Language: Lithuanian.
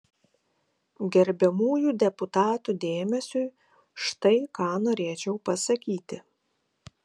gerbiamųjų deputatų dėmesiui štai ką norėčiau pasakyti